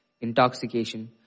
intoxication